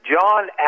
John